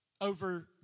over